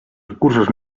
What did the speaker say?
recursos